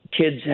Kids